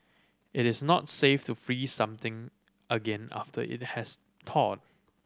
it is not safe to freeze something again after it has thawed